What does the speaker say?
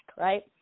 right